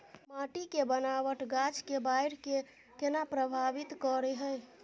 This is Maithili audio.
माटी के बनावट गाछ के बाइढ़ के केना प्रभावित करय हय?